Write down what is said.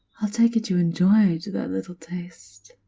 i'll take it you enjoyed that little taste.